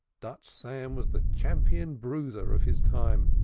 dutch sam was the champion bruiser of his time